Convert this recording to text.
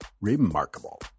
Remarkable